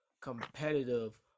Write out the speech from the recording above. competitive